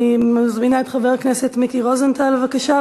אני מזמינה את חבר הכנסת מיקי רוזנטל, בבקשה.